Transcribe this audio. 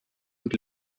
und